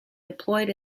deployed